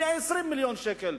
120 מיליון שקל.